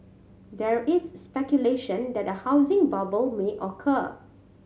there is speculation that a housing bubble may occur